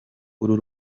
uru